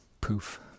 Poof